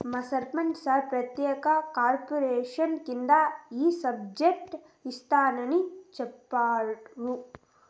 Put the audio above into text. మా సర్పంచ్ సార్ ప్రత్యేక కార్పొరేషన్ కింద ఈ సబ్సిడైజ్డ్ ఇస్తారని చెప్తండారు